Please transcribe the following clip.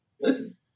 listen